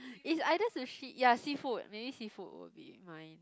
is either sushi ya seafood maybe seafood would be fine